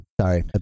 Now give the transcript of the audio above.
Sorry